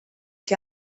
che